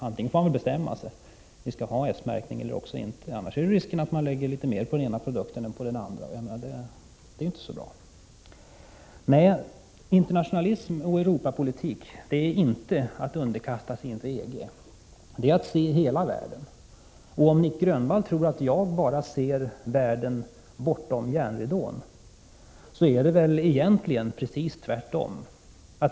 Man får bestämma sig: S-märkningen skall antingen vara kvar eller tas bort. Risken är annars att det sätts ett högre pris på den ena produkten än på den andra, och det är inte så bra. Internationalism och Europapolitik innebär inte underkastelse under EG, utan det är att se hela världen. Om Nic Grönvall tror att jag bara ser världen bortom järnridån, vill jag säga att det är precis tvärtom.